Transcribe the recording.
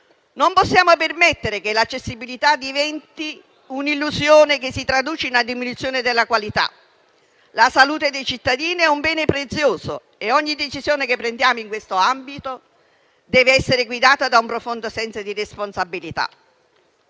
Non possiamo permettere che l'accessibilità diventi un'illusione che si traduce in una diminuzione della qualità. La salute dei cittadini è un bene prezioso e ogni decisione che prendiamo in questo ambito deve essere guidata da un profondo senso di responsabilità.